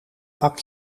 pak